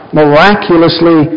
miraculously